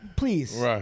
Please